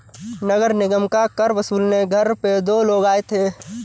नगर निगम का कर वसूलने घर पे दो लोग आए थे